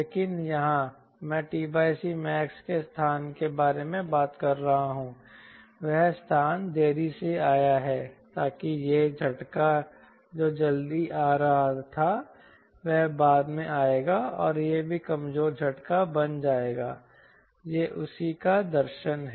लेकिन यहाँ मैं t c max के स्थान के बारे में बात कर रहा हूँ वह स्थान देरी से आया है ताकि यह झटका जो जल्दी आ रहा था वह बाद में आएगा और यह भी कमजोर झटका बन जाएगा यह उसी का दर्शन है